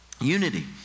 Unity